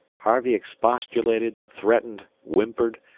harvey expostulated, threatened, whimpered,